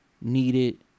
needed